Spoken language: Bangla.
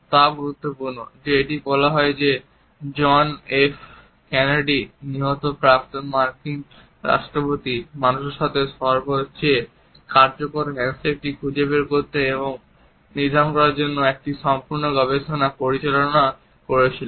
তাও গুরুত্বপূর্ণ যে এটি বলা হয় যে জন এফ কেনেডি নিহত প্রাক্তন মার্কিন রাষ্ট্রপতি মানুষের সাথে সবচেয়ে কার্যকর হ্যান্ডশেক খুঁজে বের করতে এবং নির্ধারণ করার জন্য একটি সম্পূর্ণ গবেষণা পরিচালনা করেছিলেন